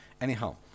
Anyhow